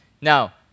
Now